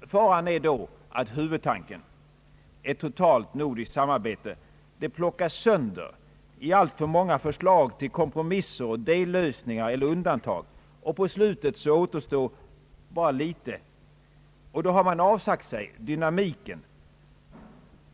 Faran är då att huvudtanken — ett totalt nordiskt samarbete — plockas sönder i alltför många förslag till kompromisser och dellösningar eller undantag så att bara litet återstår på slutet. Då har man avsagt sig dynamiken,